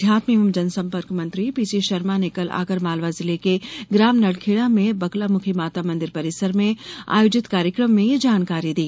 अध्यात्म एवं जनसम्पर्क मंत्री पीसी शर्मा ने कल आगर मालवा जिले के ग्राम नलखेड़ा में बगलामुखी माता मंदिर परिसर में आयोजित कार्यक्रम में ये जानकारी दी